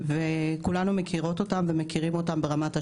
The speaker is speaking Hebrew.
כולנו מכירות אותם ומכירים אותם ברמת השטח.